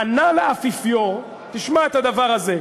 פנה לאפיפיור, תשמע את הדבר הזה,